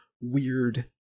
weird